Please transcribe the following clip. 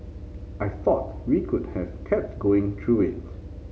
I thought we could have kept going through it